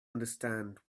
understand